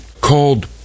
called